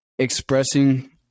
expressing